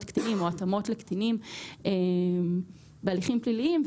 קטינים או התאמות לקטינים בהליכים פליליים.